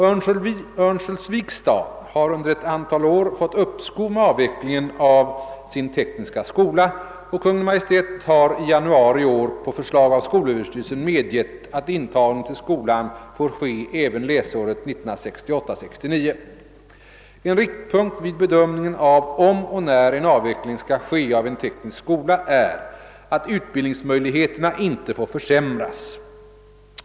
Örnsköldsviks stad har under ett antal år fått uppskov med avvecklingen av sin tekniska skola, och Kungl. Maj:t har i januari i år på förslag av skolöverstyrelsen medgett att intagning till skolan får ske även läsåret 1968/69. En riktpunkt vid bedömningen av om och när en avveckling skall ske av en teknisk skola är att utbildningsmöjligheterna inte får försämras.